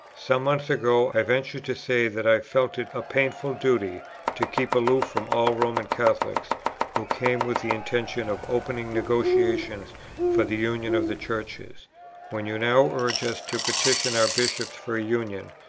some months ago, i ventured to say that i felt it a painful duty to keep aloof from all roman catholics who came with the intention of opening negotiations for the union of the churches when you now urge us to petition our bishops for a union,